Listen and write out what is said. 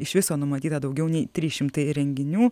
iš viso numatyta daugiau nei trys šimtai renginių